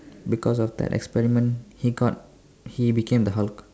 because of the experiment he got he became the Hulk